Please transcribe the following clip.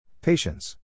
Patience